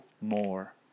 more